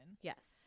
yes